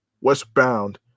westbound